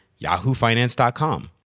yahoofinance.com